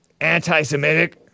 anti-Semitic